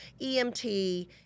EMT